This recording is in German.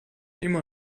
immer